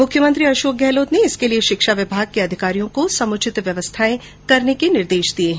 मुख्यमंत्री अशोक गहलोत ने इसके लिए शिक्षा विभाग के अधिकारियों को समुचित व्यवस्थाएं करने के निर्देश दिए हैं